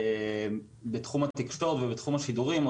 בתחום התקשורת ובתחום השידורים אנחנו